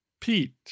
Pete